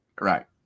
right